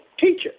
teacher